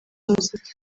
umuziki